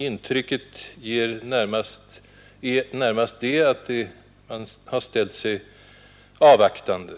Intrycket är närmast att man har ställt sig avvaktande.